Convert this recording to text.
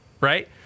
Right